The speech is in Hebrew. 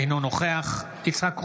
אינו נוכח יצחק קרויזר,